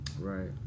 Right